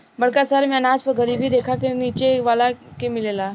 बड़का शहर मेंअनाज हर गरीबी रेखा के नीचे वाला के मिलेला